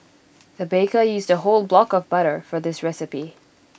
the baker used A whole block of butter for this recipe